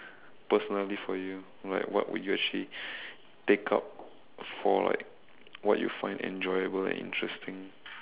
personally for you like what would you actually take up for like what you find enjoyable and interesting